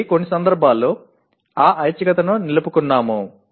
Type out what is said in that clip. కాబట్టి కొన్ని సందర్భాల్లో ఆ ఐచ్ఛికతను నిలుపుకున్నాము